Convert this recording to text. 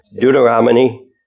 Deuteronomy